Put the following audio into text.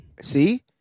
See